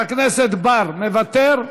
מוותר,